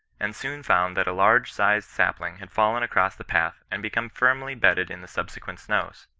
and soon found that a large sized sapling had fallen across the path and become firmly bedded in the subse quent snows.